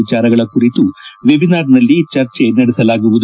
ವಿಚಾರಗಳ ಕುರಿತು ವೆಬಿನಾರ್ನಲ್ಲಿ ಚರ್ಚೆ ನಡೆಸಲಾಗುವುದು